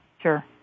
Sure